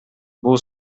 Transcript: бул